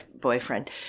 boyfriend